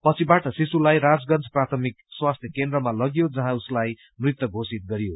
पछिवाट शिशुलाई राजगंज प्राथमिक स्वास्थ्य केन्द्रमा लगियो जहाँ उसलाई मृत घोषित गरियो